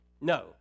No